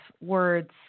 words